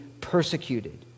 persecuted